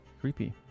Creepy